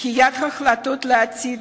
דחיית החלטות לעתיד,